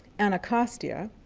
anacostia,